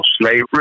slavery